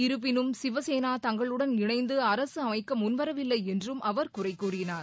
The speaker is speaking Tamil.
இருப்பினும் சிவசேனா தங்களுடன் இணைநது அரசு அமைக்க முன்வரவில்லை என்றும் அவர் குறை கூறினார்